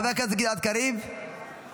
חבר הכנסת גלעד קריב, בבקשה.